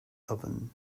oven